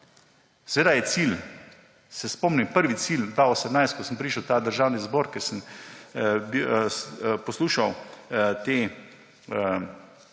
Seveda je cilj, se spomnim prvi cilj 2018, ko sem prišel v ta Državni zbor, ker sem poslušal te